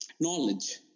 Knowledge